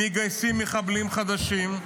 מגייסים מחבלים חדשים,